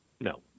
No